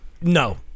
No